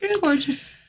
gorgeous